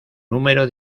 número